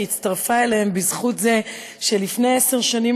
שהצטרפה אליהם בזכות זה שלפני עשר שנים,